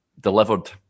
delivered